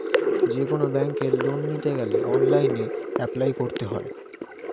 যেকোনো ব্যাঙ্কে লোন নিতে গেলে অনলাইনে অ্যাপ্লাই করতে হয়